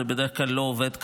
זה בדרך כלל לא עובד ככה.